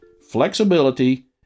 flexibility